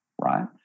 right